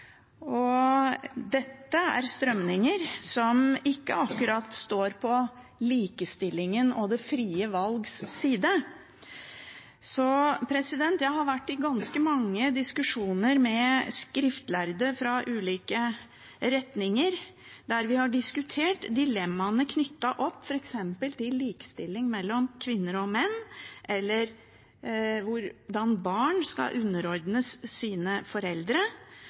Dette er strømninger som ikke akkurat står på likestillingen og det frie valgs side. Jeg har vært i ganske mange diskusjoner med skriftlærde fra ulike retninger, der vi har diskutert dilemmaene knyttet opp til f.eks. likestilling mellom kvinner og menn, hvordan barn skal underordnes sine foreldre,